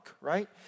right